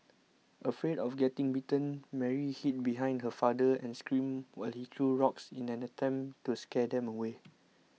afraid of getting bitten Mary hid behind her father and screamed while he threw rocks in an attempt to scare them away